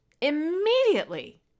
Immediately